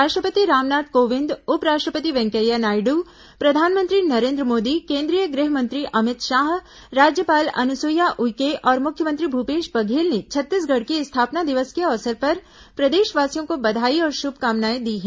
राष्ट्रपति रामनाथ कोविंद उप राष्ट्रपति वेंकैया नायडू प्रधानमंत्री नरेन्द्र मोदी केंद्रीय गृह मंत्री अमित शाह राज्यपाल अनुसुईया उइके और मुख्यमंत्री भूपेश बघेल ने छत्तीसगढ़ की स्थापना दिवस के अवसर पर प्रदेशवासियों को बधाई और शुभकामनाएं दी हैं